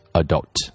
adult